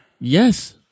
Yes